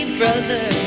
brother